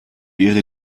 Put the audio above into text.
ihre